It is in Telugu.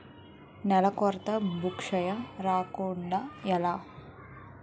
నేలకోత భూక్షయం రాకుండ ఎలా?